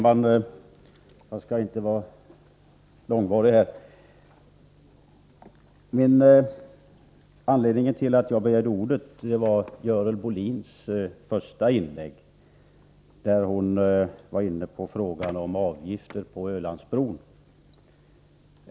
Herr talman! Anledningen till att jag begärde ordet var Görel Bohlins första inlägg. Hon talade där om att införa avgifter på Ölandsbron.